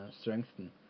strengthen